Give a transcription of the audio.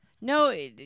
No